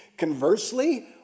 Conversely